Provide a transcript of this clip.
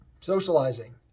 socializing